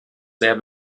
sehr